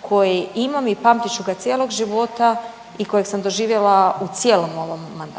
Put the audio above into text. koji imam i pamtit ću ga cijelog života i kojeg sam doživjela u cijelom ovom mandatu